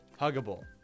huggable